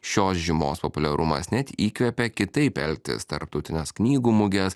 šios žymos populiarumas net įkvepia kitaip elgtis tarptautines knygų muges